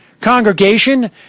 congregation